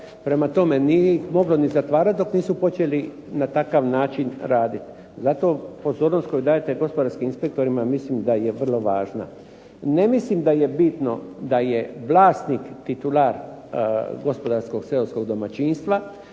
Prema tome, nije ih moglo ni zatvarati dok nisu počeli na takav način raditi. Zato pozornost koju dajete gospodarskim inspektorima mislim da je vrlo važna. Ne mislim da je bitno da je vlasnik titular gospodarskog seoskog domaćinstva,